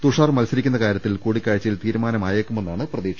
തുഷാർ മത്സരിക്കുന്ന കാര്യത്തിൽ കൂടിക്കാഴ്ചയിൽ തീരുമാന മായേക്കുമെന്നാണ് പ്രതീക്ഷ